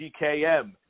GKM